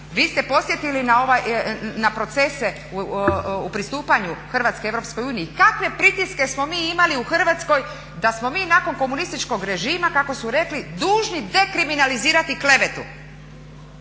Vi ste podsjetili na procese u pristupanju Hrvatske EU i kakve pritiske smo mi imali u Hrvatskoj da smo mi nakon komunističkog režima kako su rekli dužni dekriminalizirati klevetu.